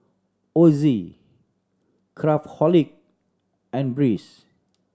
Ozi Craftholic and Breeze